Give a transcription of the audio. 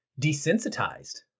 desensitized